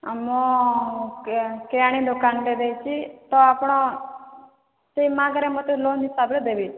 ଆମ କିରାଣୀ ଦୋକାନଟେ ଦେଇଛି ତ ଆପଣ ସେହି ମାଗରେ ଲୋନ୍ ହିସାବରେ ମୋତେ ଦେବେ